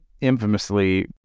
infamously